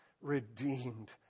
redeemed